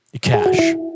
Cash